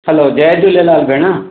hello जय झूलेलाल भेण